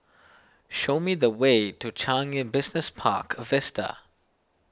show me the way to Changi Business Park Vista